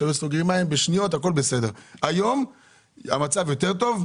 היום המצב יותר טוב.